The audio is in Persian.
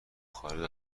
خارج